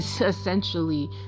Essentially